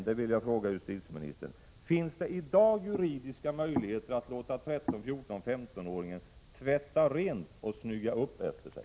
Jag vill ändå fråga justitieministern: Finns det i dag juridiska möjligheter att låta 13-, 14 eller 15-åringen tvätta rent och snygga upp efter sig?